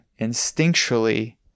instinctually